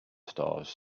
stars